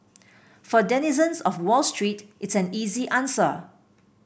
for denizens of Wall Street it's an easy answer